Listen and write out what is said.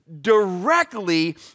directly